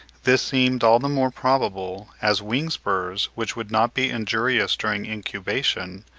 this seemed all the more probable, as wing-spurs, which would not be injurious during incubation,